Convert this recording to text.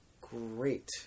great